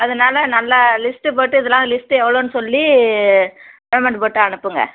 அதனால் நல்லா லிஸ்ட்டு போட்டு இதெல்லாம் லிஸ்ட்டு எவ்வளோன்னு சொல்லி பேமெண்ட் போட்டு அனுப்புங்கள்